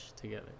together